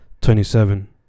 Twenty-seven